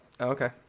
Okay